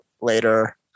later